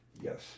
Yes